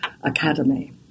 academy